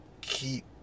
keep